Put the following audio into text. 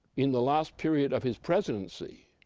in the last period of his presidency,